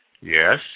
Yes